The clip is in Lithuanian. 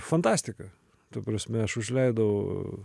fantastika ta prasme aš užleidau